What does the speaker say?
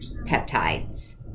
peptides